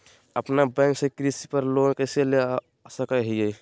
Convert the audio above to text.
अपना बैंक से कृषि पर लोन कैसे ले सकअ हियई?